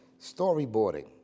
storyboarding